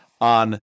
on